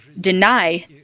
deny